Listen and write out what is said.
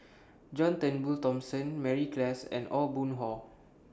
John Turnbull Thomson Mary Klass and Aw Boon Haw